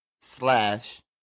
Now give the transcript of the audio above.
slash